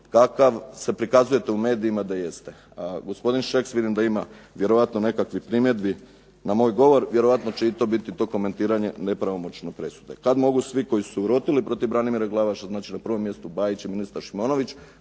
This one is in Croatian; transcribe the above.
kakav se prikazujete u medijima da jeste. Gospodin Šeks vidim da ima vjerojatno nekakvih primjedbi na moj govor. Vjerojatno će i to biti to komentiranje nepravomoćne presude. Kad mogu svi koji su se urotili protiv Branimira Glavaša, znači na prvom mjestu Bajić i ministar Šimonović,